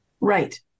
Right